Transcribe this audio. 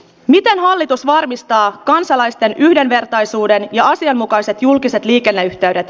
mikään hallitus varmistaa kansalaisten yhdenvertaisuuden ja asianmukaiset julkiset liikenneyhteydet